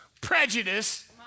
prejudice